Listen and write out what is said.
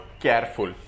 careful